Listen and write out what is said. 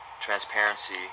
transparency